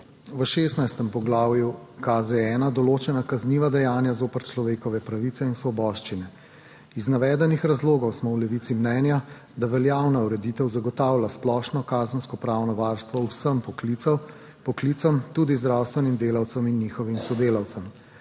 V 16. poglavju KZ-1 so določena kazniva dejanja zoper človekove pravice in svoboščine. Iz navedenih razlogov smo v Levici mnenja, da veljavna ureditev zagotavlja splošno kazenskopravno varstvo vsem poklicem, tudi zdravstvenim delavcem in njihovim sodelavcem,